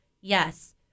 Yes